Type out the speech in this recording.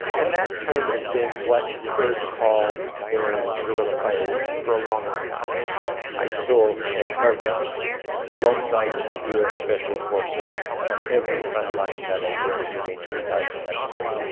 and that term has been what kurds call their guerrilla fighters for a long, long time i saw peshmerga alongside u s. special forces on every frontline that i visited in two thousand and three,